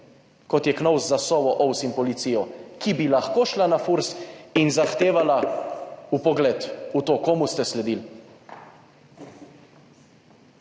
kot je Knovs za Sovo, OVSE in policijo, ki bi lahko šla na Furs in zahtevala vpogled v to, komu ste sledili.